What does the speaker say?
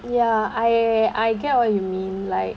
ya I I get what you mean like